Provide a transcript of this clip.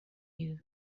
you